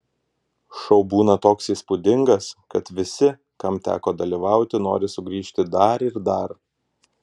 šou būna toks įspūdingas kad visi kam teko dalyvauti nori sugrįžti dar ir dar